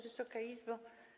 Wysoka Izbo!